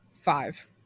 Five